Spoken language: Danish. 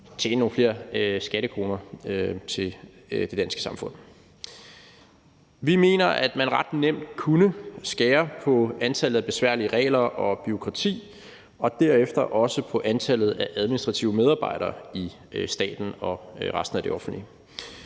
tjene nogle flere skattekroner til det danske samfund. Vi mener, at man ret nemt kunne skære på antallet af besværlige regler og bureaukrati og derefter også på antallet af administrative medarbejdere i staten og resten af det offentlige.